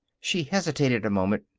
she hesitated a moment.